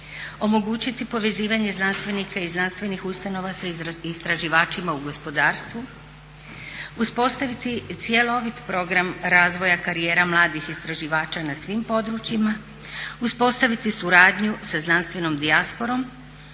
omogućiti povezivanje znanstvenika i znanstvenih ustanova sa istraživačima u gospodarstvu, uspostaviti cijeli program razvoja karijera mladih istraživača na svim područjima, uspostaviti suradnju sa znanstvenom dijasporom.